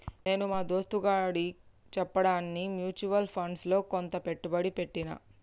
నేను మా దోస్తుగాడు చెప్పాడని మ్యూచువల్ ఫండ్స్ లో కొంత పెట్టుబడి పెట్టిన